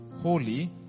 holy